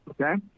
okay